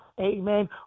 Amen